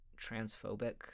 transphobic